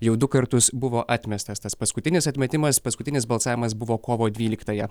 jau du kartus buvo atmestas tas paskutinis atmetimas paskutinis balsavimas buvo kovo dvyliktąją